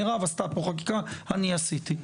מירב עשתה פה חקיקה ואני עשיתי.